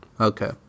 Okay